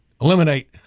eliminate